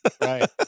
Right